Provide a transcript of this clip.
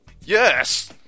Yes